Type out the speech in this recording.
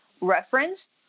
Reference